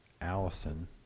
Allison